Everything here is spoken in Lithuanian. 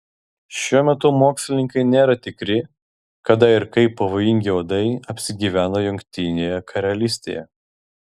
šiuo metu mokslininkai nėra tikri kada ir kaip pavojingi uodai apsigyveno jungtinėje karalystėje